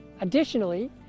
Additionally